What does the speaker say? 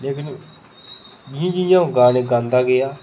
लेकिन जि'यां जि'यां अ'ऊं गाने गांदा गेआ